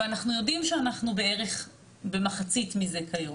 ואנחנו יודעים שאנחנו בערך במחצית מזה כיום.